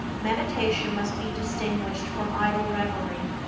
meditation must be distinguished from idle reverie.